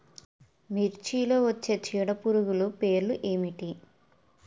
మిర్చిలో వచ్చే చీడపురుగులు పేర్లు ఏమిటి?